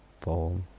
fall